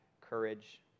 courage